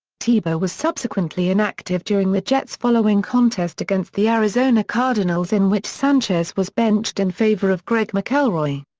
tebow was subsequently inactive during the jets' following contest against the arizona cardinals in which sanchez was benched in favor of greg mcelroy.